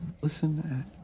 listen